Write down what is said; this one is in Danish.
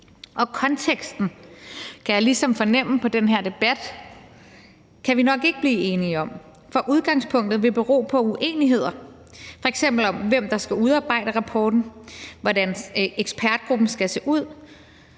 Og konteksten, kan jeg ligesom fornemme på den her debat, kan vi nok ikke blive enige om. For udgangspunktet vil bero på uenigheder, f.eks. om, hvem der skal udarbejde rapporten, hvordan ekspertgruppen skal se ud,